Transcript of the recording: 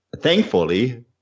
thankfully